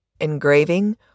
engraving